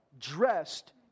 dressed